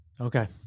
Okay